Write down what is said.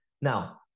Now